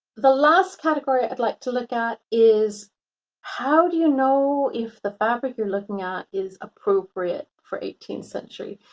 the last category i'd like to look at is how do you know if the fabric you're looking at is appropriate for eighteenth century?